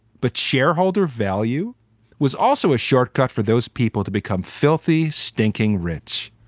but shareholder value was also a shortcut for those people to become filthy, stinking rich.